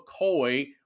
McCoy